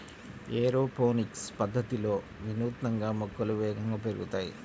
aeroponics పద్ధతిలో వినూత్నంగా మొక్కలు వేగంగా పెరుగుతాయి